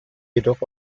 jedoch